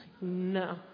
No